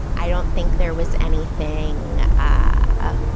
i don't think there was anything ah ah